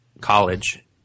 college